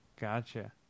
Gotcha